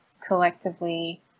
collectively